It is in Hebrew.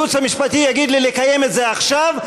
הייעוץ המשפטי יגיד לי לקיים את זה עכשיו,